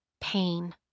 Pain